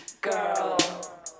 girl